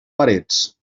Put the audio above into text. parets